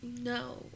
no